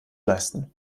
leisten